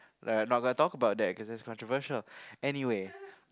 uh not gonna talk about that cause that's controversial anyway